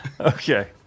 Okay